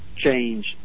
Change